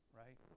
right